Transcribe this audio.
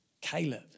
Caleb